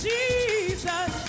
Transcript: Jesus